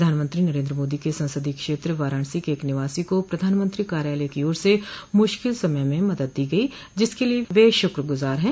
प्रधानमंत्री नरेन्द्र मोदी के संसदीय क्षेत्र वाराणसी के एक निवासी को प्रधानमंत्री कार्यालय की ओर से मुश्किल समय में मदद दी गई जिसके लिये वे शुक्रगुजार हैं